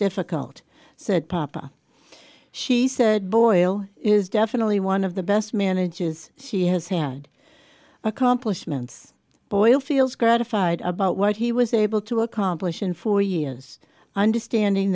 difficult so that papa she said boyle is definitely one of the best managers she has had accomplishments boyle feels gratified about what he was able to accomplish in four years understanding